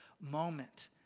moment